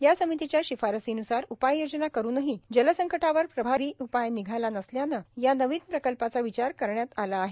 या समितीच्या शिफारसीन्सार उपाय योजना करूनही जलसंकटावर प्रभावी उपाय निघाला नसल्यानं या नवीन प्रकल्पाचा विचार करण्यात आला आहे